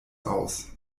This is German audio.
aus